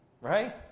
Right